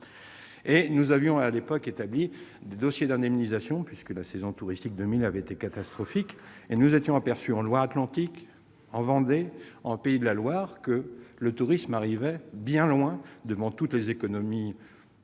Nous avions, à l'époque, établi des dossiers d'indemnisation, la saison touristique 2000 ayant été catastrophique. Nous nous étions aperçus en Loire-Atlantique, en Vendée, en Pays de la Loire que le tourisme arrivait bien loin devant toutes les économies